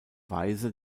weise